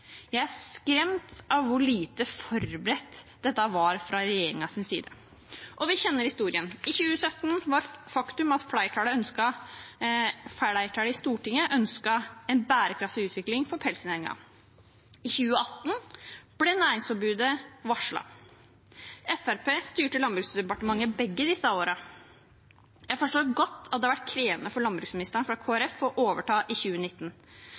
Jeg er skremt av hvor lite forberedt dette var fra regjeringens side. Vi kjenner historien. I 2017 var faktum at flertallet i Stortinget ønsket en bærekraftig utvikling for pelsdyrnæringen. I 2018 ble næringsforbudet varslet. Fremskrittspartiet styrte Landbruksdepartementet begge disse årene. Jeg forstår godt at det har vært krevende for landbruksministeren fra Kristelig Folkeparti å overta i 2019,